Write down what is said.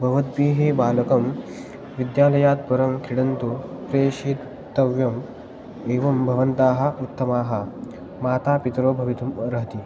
भवद्भिः बालकं विद्यालयात् परं क्रीडन्तु प्रेषितव्यम् एवं भवन्तः उत्तमाः मातापितरौ भवितुम् अर्हन्ति